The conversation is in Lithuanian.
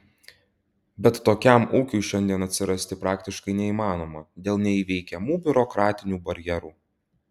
bet tokiam ūkiui šiandien atsirasti praktiškai neįmanoma dėl neįveikiamų biurokratinių barjerų